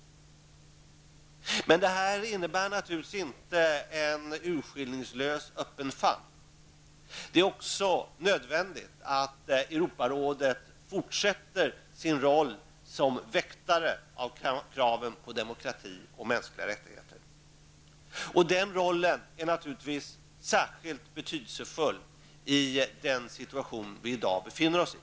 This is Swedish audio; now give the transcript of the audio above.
Men detta innebär naturligtvis inte en urskillningslöst öppen famn. Det är också nödvändigt att Europarådet fortsätter sin roll som väktare av kraven på demokrati och mänskliga rättigheter. Den rollen är naturligtvis särskilt betydelsefull i den situation vi i dag befinner oss i.